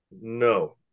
No